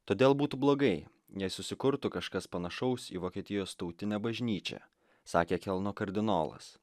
todėl būtų blogai jei susikurtų kažkas panašaus į vokietijos tautinę bažnyčią sakė kelno kardinolas